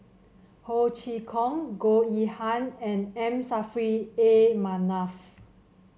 Ho Chee Kong Goh Yihan and M Saffri A Manaf